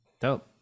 Dope